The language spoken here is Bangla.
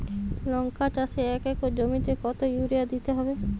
লংকা চাষে এক একর জমিতে কতো ইউরিয়া দিতে হবে?